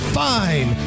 fine